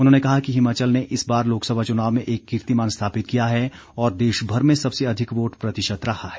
उन्होंने कहा कि हिमाचल ने इस बार लोकसभा चुनाव में एक कीर्तिमान स्थापित किया है और देशभर में सबसे अधिक वोट प्रतिशत रहा है